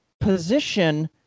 position